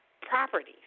properties